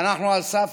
ואנחנו על סף